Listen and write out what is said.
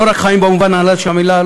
לא רק חיים במובן הנעלה של המילה,